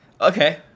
Okay